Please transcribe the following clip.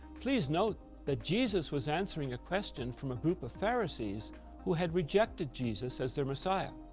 please note that jesus was answering a question from a group of pharisees who had rejected jesus as their messiah.